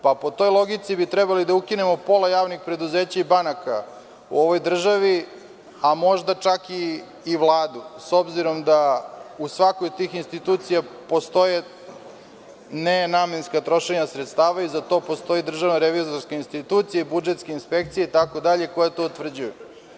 Po toj logici bi trebali da ukinemo pola javnih preduzeća i banaka u ovoj državi, a možda čak i Vladu, s obzirom da u svakoj od tih institucija postoje nenamenska trošenja sredstava i za to postoji DRI i budžetske inspekcije itd, koje to utvrđuju.